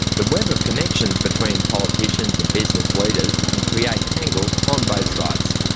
the web of connections between politicians and business leaders can create tangles on both sides.